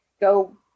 Go